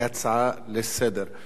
כהצעה לסדר.